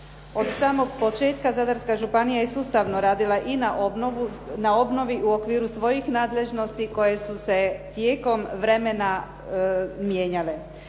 Od samog početka Zadarska županija je sustavno radila i na obnovi u okviru svojih nadležnosti koje su se tijekom vremena mijenjale.